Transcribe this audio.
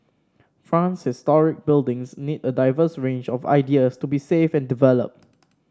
France historic buildings need a diverse range of ideas to be saved and developed